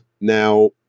now